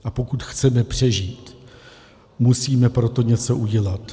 A pokud chceme přežít, musíme pro to něco udělat.